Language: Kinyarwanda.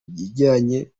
bijyanye